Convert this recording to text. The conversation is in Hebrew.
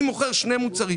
אני מוכר שני מוצרים.